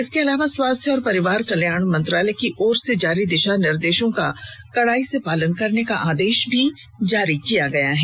इसके अलावा स्वास्थ्य और परिवार कल्याण मंत्रालय की ओर से जारी दिशा निर्देशों का कड़ाई से पालन करने का आदेश भी जारी किया गया हैं